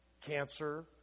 cancer